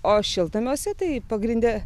o šiltnamiuose tai pagrinde